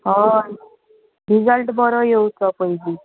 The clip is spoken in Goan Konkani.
हय रिजल्ट बरो येवचो पयली